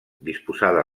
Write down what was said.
disposada